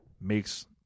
makes